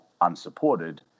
unsupported